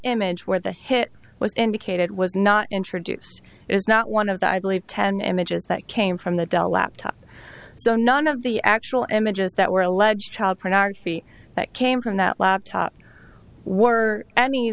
image where the hit was indicated was not introduced is not one of the i believe ten images that came from the dell laptop so none of the actual images that were alleged child pornography that came from that laptop were any